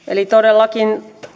eli todellakin